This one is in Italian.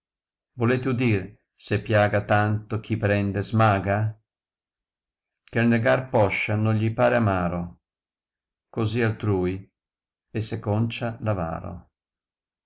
volete udir se piaga tanto chi prende smaga che'l negar poscia non gli pare amaro così altrui e se concia